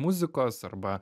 muzikos arba